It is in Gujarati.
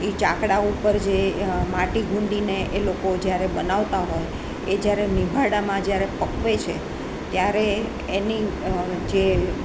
એ ચાકડા ઉપર જે માટી ગુંદીને એ લોકો જ્યારે બનાવતા હોય એ જ્યારે નીંભાળામાં જ્યારે પકવે છે ત્યારે એની જે